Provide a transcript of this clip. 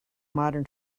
modern